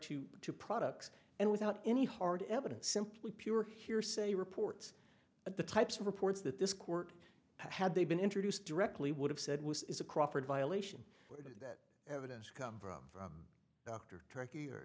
to two products and without any hard evidence simply pure hearsay reports at the types of reports that this court had they been introduced directly would have said was is a crawford violation or that evidence come from from turkey or